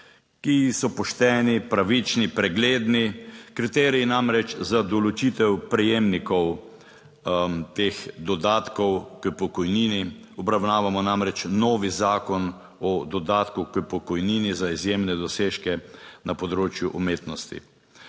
ki so pošteni, pravični, pregledni. Kriteriji namreč za določitev prejemnikov teh dodatkov k pokojnini, obravnavamo namreč novi Zakon o dodatku k pokojnini za izjemne dosežke na področju umetnosti.